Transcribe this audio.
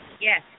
Yes